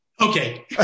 Okay